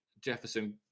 Jefferson